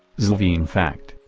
xlvi in fact,